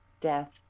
death